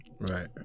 right